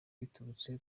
biturutse